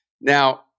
Now